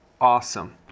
awesome